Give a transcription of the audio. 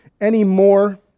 anymore